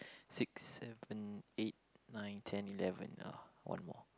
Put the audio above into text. six seven eight nine ten eleven oh one more